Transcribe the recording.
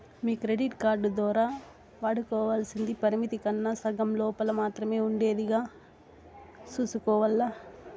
మీ credit card దోరా వాడుకోవల్సింది పరిమితి కన్నా సగం లోపల మాత్రమే ఉండేదిగా సూసుకోవాల్ల